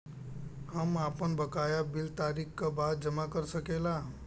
हम आपन बकाया बिल तारीख क बाद जमा कर सकेला?